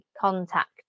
contact